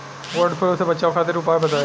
वड फ्लू से बचाव खातिर उपाय बताई?